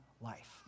life